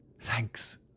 thanks